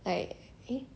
like eh